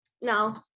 no